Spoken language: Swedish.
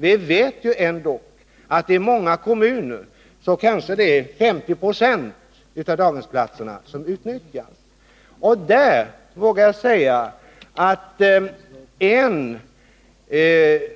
Vi vet ju ändock att i många kommuner utnyttjas kanske bara 50 20 av daghemsplatserna. Här vågar jag säga att en